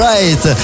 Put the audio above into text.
Right